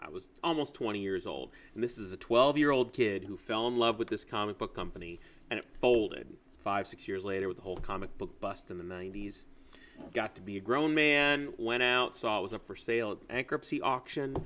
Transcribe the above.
i was almost twenty years old and this is a twelve year old kid who fell in love with this comic book company and it folded five six years later with a whole comic book bust in the ninety's got to be a grown man went out saw it was up for sale a